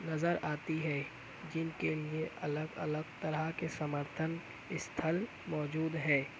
نظر آتی ہے جن کے لئے الگ الگ طرح کے سمرتھن استھل موجود ہیں